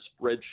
spreadsheet